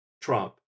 Trump